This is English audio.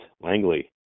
Langley